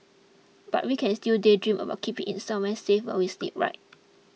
but we can still daydream about keeping it somewhere safe while we sleep right